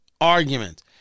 argument